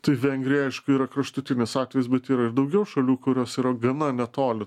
tai vengrija aišku yra kraštutinis atvejis bet yra ir daugiau šalių kurios yra gana netoli